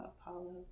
Apollo